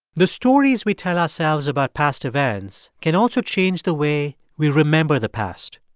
the stories we tell ourselves about past events can also change the way we remember the past.